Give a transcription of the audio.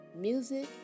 Music